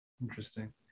Interesting